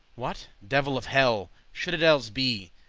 what, devil of helle! should it elles be?